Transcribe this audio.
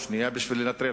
השנייה בשביל לנטרל,